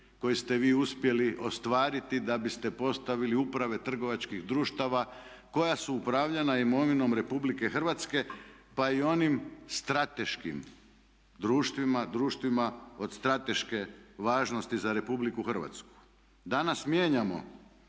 koji ste vi uspjeli ostvariti da biste postavili uprave trgovačkih društava koja su upravljana imovinom RH pa i onim strateškim društvima, društvima od strateške važnosti za RH. Danas mijenjamo